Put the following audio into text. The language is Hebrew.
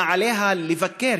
היה עליה לבקר,